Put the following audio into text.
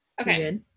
Okay